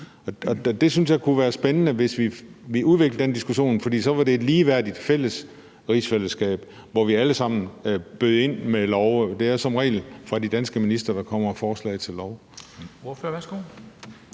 det kunne være spændende, hvis vi udviklede den diskussion, for så var det et ligeværdigt fælles rigsfællesskab, hvor vi alle sammen bød ind med love, og det er som regel fra de danske ministre, der kommer forslag til love.